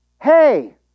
Hey